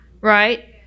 Right